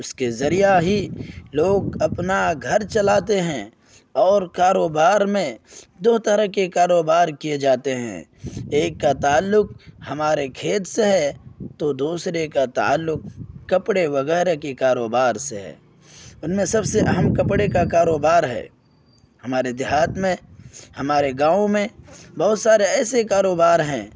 اس کے ذریعہ ہی لوگ اپنا گھر چلاتے ہیں اور کاروبار میں دو طرح کے کاروبار کیے جاتے ہیں ایک کا تعلق ہمارے کھیت سے ہے تو دوسرے کا تعلق کپڑے وغیرہ کے کاروبار سے ہے ان میں سب سے اہم کپڑے کا کاروبار ہے ہمارے دیہات میں ہمارے گاؤں میں بہت سارے ایسے کاروبار ہیں